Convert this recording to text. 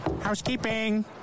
Housekeeping